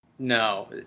No